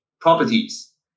properties